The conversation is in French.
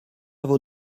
vos